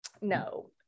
No